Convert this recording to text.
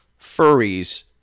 furries